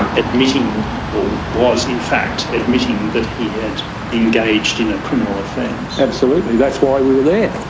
admitting or was in fact admitting that he had engaged in a criminal offence? absolutely, that's why we were there.